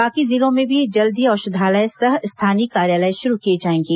बाकी जिलों में भी जल्द ही औषधालय सह स्थानीय कार्यालय शुरू किए जाएंगे